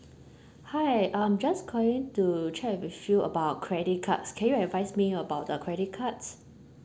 hi I'm just calling to chat with you about credit cards can you advise me about the credit cards